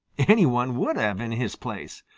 any one would have in his place.